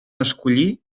escollir